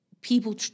People